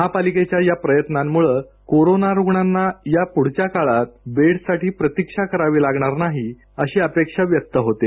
महापालिकेच्या या प्रयत्नांमुळे कोरोना रुग्णांना या पुढच्या काळात बेडसाठी प्रतीक्षा करावी लागणार नाही अशी अपेक्षा व्यक्त होते आहे